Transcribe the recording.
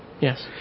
Yes